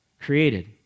created